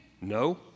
No